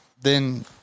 then-